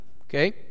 okay